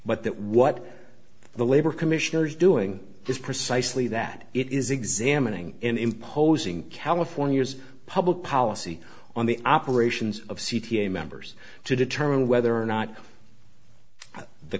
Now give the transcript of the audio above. but that what the labor commissioner is doing is precisely that it is examining and imposing california's public policy on the operations of c t a members to determine whether or not the